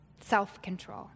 self-control